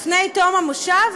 לפני תום הכנס,